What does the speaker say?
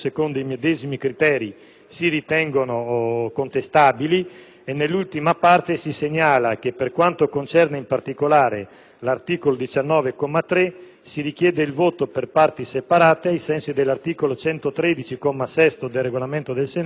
nell'ultima parte, si segnala che per quanto concerne in particolare l'articolo 19, comma 3, si richiede il voto per parti separate, ai sensi dell'articolo 113, comma 6, del Regolamento del Senato, in quanto non potrebbe essere sottoposto a scrutinio segreto,